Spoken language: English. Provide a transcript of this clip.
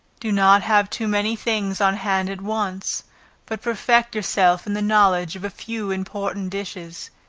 do not have too many things on hand at once but perfect yourself in the knowledge of a few important dishes.